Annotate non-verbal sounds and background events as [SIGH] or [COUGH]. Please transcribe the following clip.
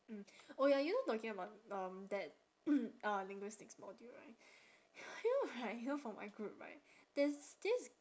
mm oh ya you know talking about um that [COUGHS] uh linguistics module right you know right you know from my group right there's this